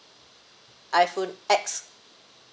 iphone X